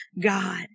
God